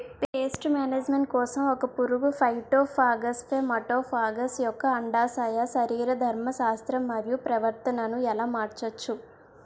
Paste management కోసం ఒక పురుగు ఫైటోఫాగస్హె మటోఫాగస్ యెక్క అండాశయ శరీరధర్మ శాస్త్రం మరియు ప్రవర్తనను ఎలా మార్చచ్చు?